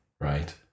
right